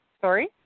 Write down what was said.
sorry